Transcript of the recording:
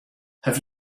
have